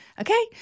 Okay